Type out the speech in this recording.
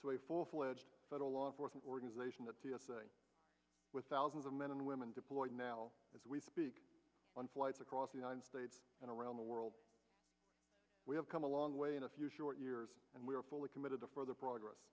a full fledged federal law enforcement organization the t s a with thousands of men and women deployed now as we speak on flights across the united states and around the world we have come a long way in a few short years and we are fully committed to further progress